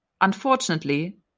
unfortunately